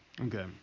Okay